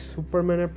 Superman